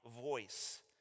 voice